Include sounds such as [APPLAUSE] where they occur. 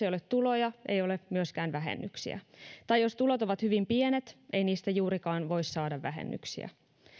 [UNINTELLIGIBLE] ei ole tuloja ei ole myöskään vähennyksiä tai jos tulot ovat hyvin pienet ei niistä juurikaan voi saada vähennyksiä